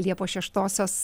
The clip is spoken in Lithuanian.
liepos šeštosios